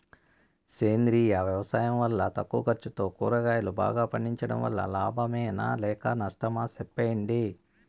సేంద్రియ వ్యవసాయం వల్ల తక్కువ ఖర్చుతో కూరగాయలు బాగా పండించడం వల్ల లాభమేనా లేక నష్టమా సెప్పండి